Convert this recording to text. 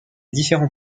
différents